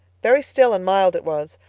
very still and mild it was,